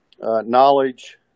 knowledge